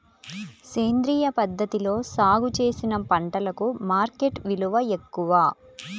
సేంద్రియ పద్ధతిలో సాగు చేసిన పంటలకు మార్కెట్ విలువ ఎక్కువ